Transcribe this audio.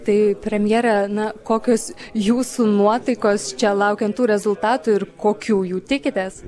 tai premjere na kokios jūsų nuotaikos čia laukiant tų rezultatų ir kokių jų tikitės